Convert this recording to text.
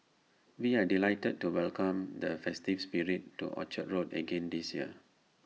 we are delighted to welcome the festive spirit to Orchard road again this year